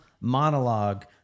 monologue